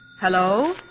Hello